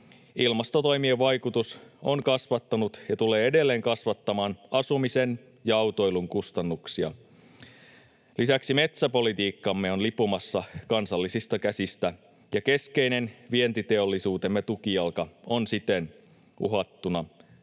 Ilmastotoimien vaikutus on kasvattanut ja tulee edelleen kasvattamaan asumisen ja autoilun kustannuksia. Lisäksi metsäpolitiikkamme on lipumassa kansallisista käsistä, ja keskeinen vientiteollisuutemme tukijalka on siten uhattuna.